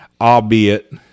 Albeit